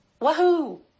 Wahoo